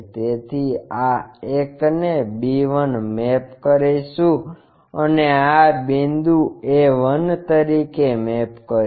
તેથી આં એક ને b 1 મેપ કરીશું અને આ બિંદુ a 1 તરીકે મેપ કરીએ